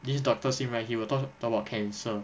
this doctor sim right he will talk talk about cancer